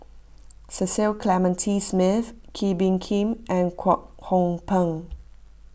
Cecil Clementi Smith Kee Bee Khim and Kwek Hong Png